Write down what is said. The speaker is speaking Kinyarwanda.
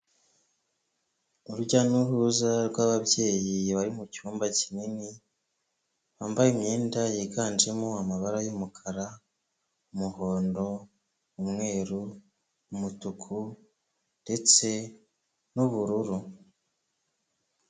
Urujya n'uruza rw'ababyeyi bari mu cyumba kinini, bambaye imyenda yiganjemo amabara y'umukara, umuhondo, umweru, umutuku ndetse n'ubururu.